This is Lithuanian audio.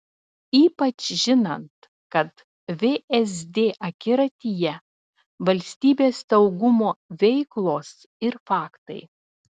ypač žinant kad vsd akiratyje valstybės saugumo veiklos ir faktai